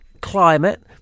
Climate